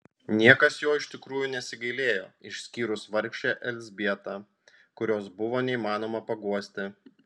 niekas jo iš tikrųjų nesigailėjo išskyrus vargšę elzbietą kurios buvo neįmanoma paguosti